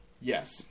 Yes